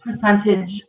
percentage